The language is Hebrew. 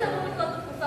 חבר הכנסת מיכאל